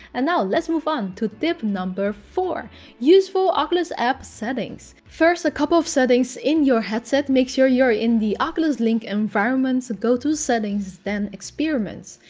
and now let's move on to tip number, tip four useful oculus app settings first, a couple of settings in your headset. make sure you're in the oculus link environment, go to settings, then experiments.